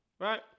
right